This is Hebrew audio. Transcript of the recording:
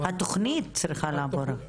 התוכנית צריכה לעבור.